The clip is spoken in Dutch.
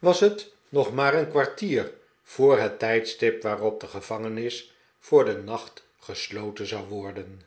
was het nog maar een kwartier voor het tijdstip waarop de gevangenis voor den nacht gesloten zou worden